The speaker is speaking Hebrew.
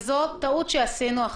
וזאת טעות שעשינו.